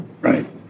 right